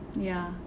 ya